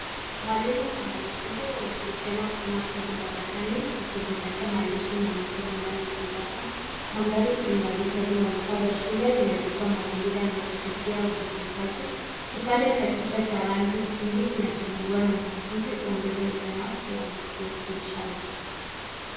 Mwalimu na mwanafunzi wanashirikiana kusoma kitabu darasani wakizingatia maandishi na michoro ndani ya kurasa. Mandhari ina vitabu na vifaa vya shule vinavyotoa mazingira yanayochochea ujifunzaji. Kiapnde cha kichwa cha rangi ya pink kinachovaliwa na mwanafunzi huongeza wazo ya uwasilishaji.